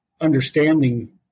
understanding